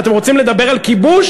אתם רוצים לדבר על כיבוש?